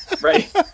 Right